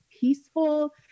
peaceful